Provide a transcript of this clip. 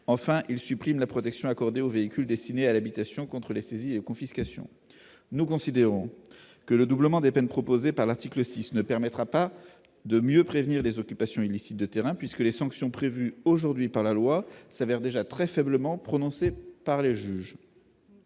Enfin, il supprime la protection accordée aux véhicules destinés à l'habitation contre les saisies et confiscation. Le doublement des peines proposé à l'article 6 ne permettra pas de mieux prévenir les occupations illicites de terrains puisque les sanctions en vigueur s'avèrent déjà faiblement prononcées par les juges.